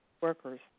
workers